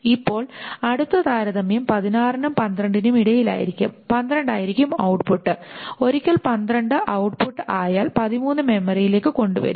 ഇപ്പോൾ അടുത്ത താരതമ്യം 16 നും 12 നും ഇടയിലായിരിക്കും 12 ആയിരിക്കും ഔട്ട്പുട്ട് ഒരിക്കൽ 12 ഔട്ട്പുട്ട് ആയാൽ 13 മെമ്മറിയിലേക്ക് കൊണ്ടുവരും